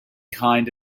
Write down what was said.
kind